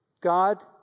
God